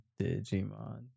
Digimon